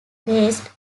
based